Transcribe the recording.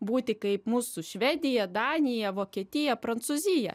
būti kaip mūsų švedija danija vokietija prancūzija